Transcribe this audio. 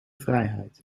vrijheid